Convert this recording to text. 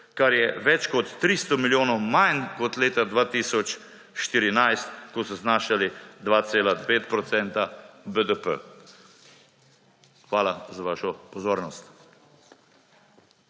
kar je več kot 300 milijonov manj kot leta 2014, ko so znašali 2,5 % BDP. Hvala za vašo pozornost.